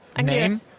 Name